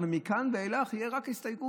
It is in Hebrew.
אבל מכאן ואילך זה יהיה רק הסתייגות,